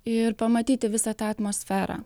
ir pamatyti visą tą atmosferą